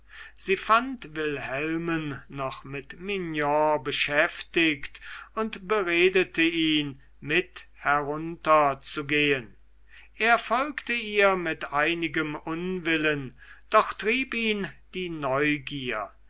sie fand wilhelmen noch mit mignon beschäftigt und beredete ihn mit herunterzugehen er folgte ihr mit einigem unwillen doch trieb ihn die neugier